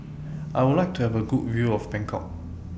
I Would like to Have A Good View of Bangkok